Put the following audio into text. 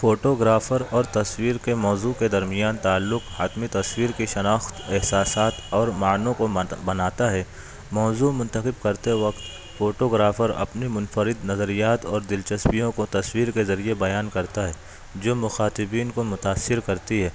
photographer اور تصویر کے موضوع کے درمیان تعلق حتمی تصویر کی شناخت احساسات اور معنوں کو بناتا ہے موضوع منتخب کرتے وقت فوٹوگرافر اپنی منفرد نظریات اور دلچسپیوں کو تصویر کے ذریعے بیان کرتا ہے جو مخاطبین کو متاثر کرتی ہے